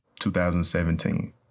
2017